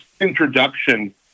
introduction